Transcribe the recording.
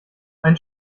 ein